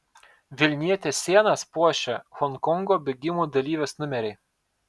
vilnietės sienas puošia honkongo bėgimų dalyvės numeriai